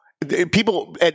People